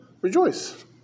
Rejoice